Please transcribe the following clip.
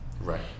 right